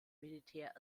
militär